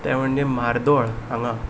ते म्हणजे म्हार्दोळ हांगा